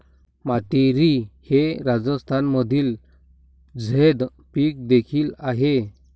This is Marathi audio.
मातीरी हे राजस्थानमधील झैद पीक देखील आहे